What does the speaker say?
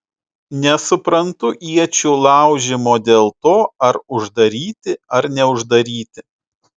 nesuprantu iečių laužymo dėl to ar uždaryti ar neuždaryti